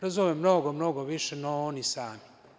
Razume mnogo, mnogo više, no oni sami.